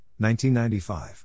1995